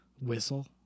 whistle